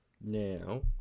Now